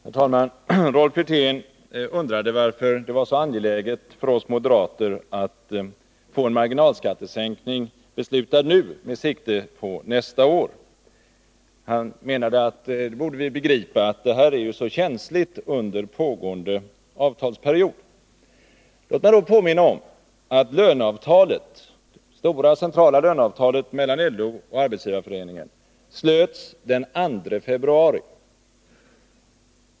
Herr talman! Rolf Wirtén undrade varför det var så angeläget för oss moderater att få en marginalskattesäkning beslutad nu med sikte på nästa år. Han menade att vi borde begripa att det hela är mycket känsligt under pågående avtalsperiod. Låt mig påminna om att det centrala löneavtalet mellan LO och Arbetsgivareföreningen slöts den 2 februari.